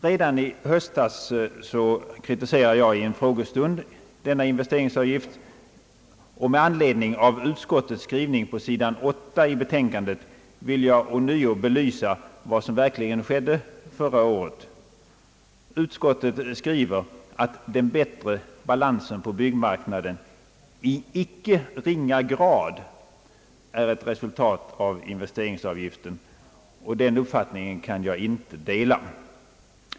Redan i höstas kritiserade jag i en frågestund denna investeringsavgift, och med anledning av utskottets skrivning på sidan 8 i betänkandet vill jag ånyo belysa vad som verkligen skedde förra året. Utskottet skriver: »Den förbättrade balansen på byggarbetsmarknaden under år 1967 torde i icke ringa grad vara ett resultat av investeringsavgiften.» Jag kan icke dela denna uppfattning.